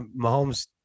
Mahomes